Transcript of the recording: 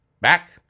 Back